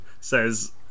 says